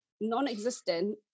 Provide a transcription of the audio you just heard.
non-existent